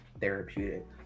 therapeutic